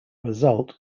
result